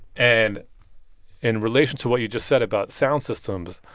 and in relation to what you just said about sound systems,